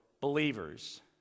believers